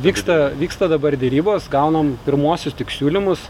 vyksta vyksta dabar derybos gaunam pirmuosius tik siūlymus